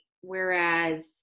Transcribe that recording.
whereas